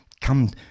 Come